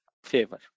favor